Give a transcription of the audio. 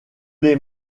les